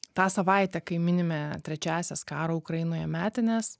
tą savaitę kai minime trečiąsias karo ukrainoje metines